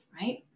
right